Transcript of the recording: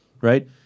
right